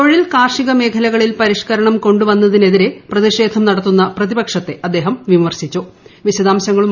തൊഴിൽ കാർഷിക മേഖലകളിൽ പരിഷ്കരണം കൊണ്ടുവന്നതിന് എതിരെ പ്രതിഷേധം നടത്തുന്ന പ്രതിപക്ഷത്തെ അദ്ദേഹം വിമർശിച്ചു